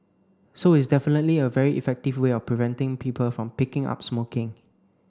so it's definitely a very effective way of preventing people from picking up smoking